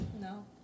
No